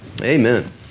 Amen